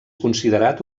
considerat